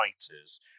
fighters